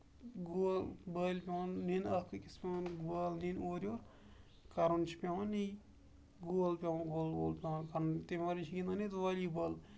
گول بالہِ پیوان نیِنۍ اکھ أکِس پیوان بال نیِنۍ اورٕ یور کَرُن چھُ پیوان یی گول پیوان گول گول پٮ۪وان کرُن تَمہِ وَرٲے چھِ گِندان ییٚتہِ والی بال